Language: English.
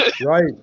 Right